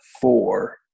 four